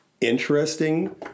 Interesting